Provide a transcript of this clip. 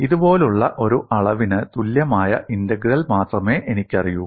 ഇതുപോലുള്ള ഒരു അളവിന് തുല്യമായ ഇന്റഗ്രൽ മാത്രമേ എനിക്കറിയൂ